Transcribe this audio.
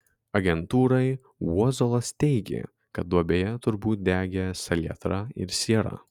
agentūrai uozuolas teigė kad duobėje turbūt degė salietra ir siera